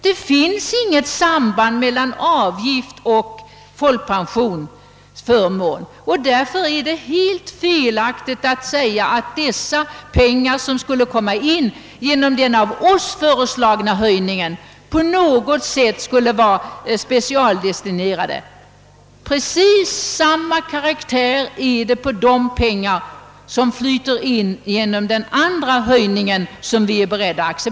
Det finns inget samband mellan avgift och folkpensionsförmån, och det är helt felaktigt att påstå att de pengar, som skulle inflyta, är specialdestinerade.